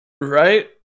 Right